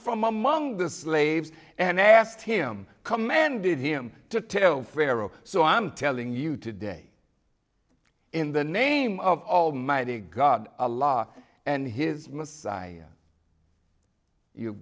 from among the slaves and asked him commanded him to tell pharaoh so i'm telling you today in the name of almighty god a law and his messiah you